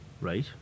Right